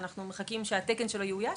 אנחנו מחכים שהתקן שלו יאויש,